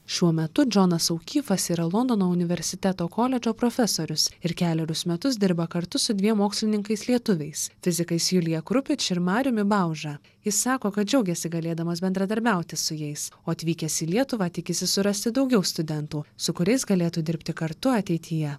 šiuo metu džonas aukyfas yra londono universiteto koledžo profesorius ir kelerius metus dirba kartu su dviem mokslininkais lietuviais fizikais julija krupič ir mariumi bauža jis sako kad džiaugiasi galėdamas bendradarbiauti su jais o atvykęs į lietuvą tikisi surasti daugiau studentų su kuriais galėtų dirbti kartu ateityje